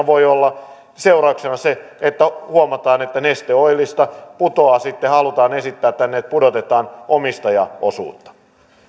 voi olla se että huomataan että neste oilista putoaa sitten halutaan esittää täällä että pudotetaan omistajaosuutta